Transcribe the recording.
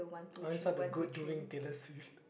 I always heard the good doing Taylor-Swift